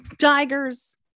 tigers